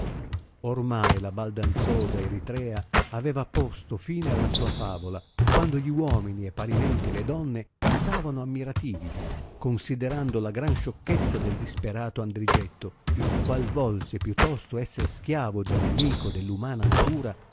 ormai la baldanzosa eritrea aveva posto tìne alla sua favola quando gli uomini e parimenti le donne stavano ammirativi considerando la gran sciocchezza del disperato andrigetto il qual volse piìi tosto esser schiavo del nemico dell umana natura